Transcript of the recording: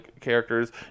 characters